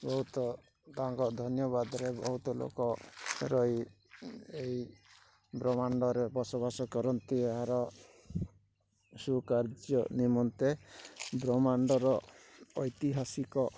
ବହୁତ ତାଙ୍କ ଧନ୍ୟବାଦରେ ବହୁତ ଲୋକ ରହି ଏଇ ବ୍ରହ୍ମାଣ୍ଡରେ ବସବାସ କରନ୍ତି ଏହାର ସୁକାର୍ଯ୍ୟ ନିମନ୍ତେ ବ୍ରହ୍ମାଣ୍ଡର ଐତିହାସିକ